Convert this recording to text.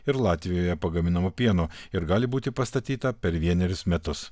ir latvijoje pagaminamo pieno ir gali būti pastatyta per vienerius metus